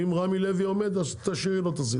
ואם רמי לוי לדוגמה כן עומד בזה אז תשאירי לו את הסידור.